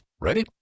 Ready